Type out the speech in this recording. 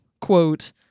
quote